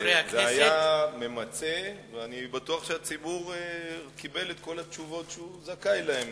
מסח'נין ומעראבה על מתקפת חזירי בר